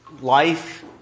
Life